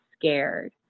scared